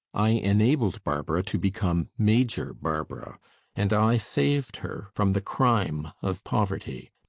i enabled barbara to become major barbara and i saved her from the crime of poverty.